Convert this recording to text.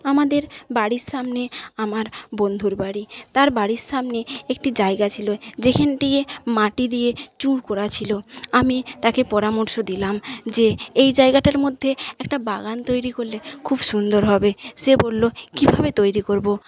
আমাদের বাড়ির সামনে আমার বন্ধুর বাড়ি তার বাড়ির সামনে একটি জায়গা ছিল যেখান দিয়ে মাটি দিয়ে চুর করা ছিল আমি তাকে পরামর্শ দিলাম যে এই জায়গাটার মধ্যে একটা বাগান তৈরি করলে খুব সুন্দর হবে সে বললো কীভাবে তৈরি করবো